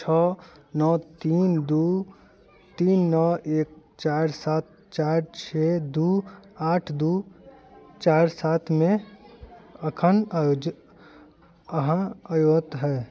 छओ नओ तीन दू तीन नओ एक चारि सात चारि छओ दू आठ दू चारि सात मे अखन जे अहाँ अयोत हए